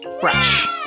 brush